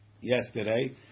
yesterday